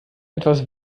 etwas